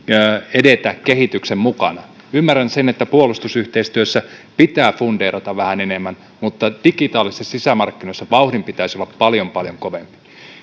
edetä kehityksen mukana ymmärrän sen että puolustusyhteistyössä pitää fundeerata vähän enemmän mutta digitaalisissa sisämarkkinoissa vauhdin pitäisi olla paljon paljon kovempi